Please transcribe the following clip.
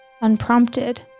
unprompted